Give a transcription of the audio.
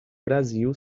brasil